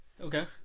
Okay